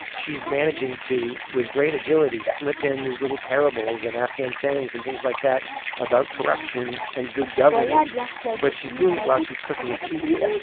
ah she's managing to, with great agility, slip in these little parables and afghan sayings and things like that about corruption and good governance yeah yeah but she's doing while she's cooking a tea cake.